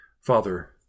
Father